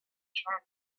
channel